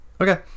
Okay